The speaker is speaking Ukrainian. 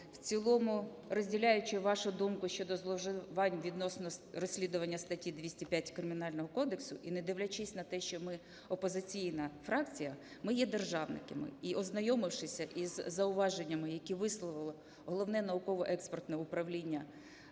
в цілому, розділяючи вашу думку щодо зловживань відносно розслідування статті 205 Кримінального кодексу і не дивлячись на те, що ми – опозиційна фракція, ми є державниками і, ознайомившись із зауваженнями, які висловило Головне науково-експертне управління